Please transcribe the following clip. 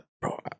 bro